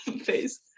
Face